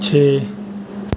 ਛੇ